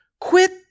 quit